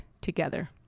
together